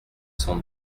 cent